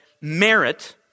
merit